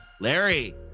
Larry